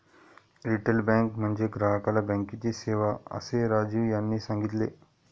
retail bank म्हणजे ग्राहकाला बँकेची सेवा, असे राजीव यांनी सांगितले